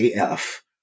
AF